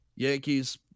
Yankees